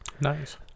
Nice